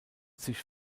sich